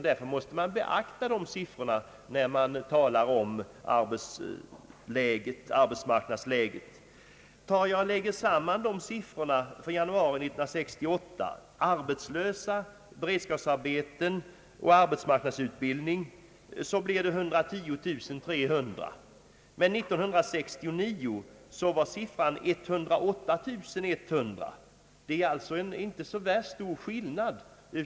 Därför måste även dessa siffror beaktas, när man talar om arbetsmarknadsläget. Sammanlagda antalet arbetslösa, personer sysselsatta i beredskapsarbeten och personer under arbetsmarknadsutbildning uppgick i januari 1968 till 110 300. Motsvarande siffra för januari 1969 var 108100.